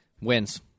wins